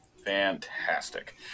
fantastic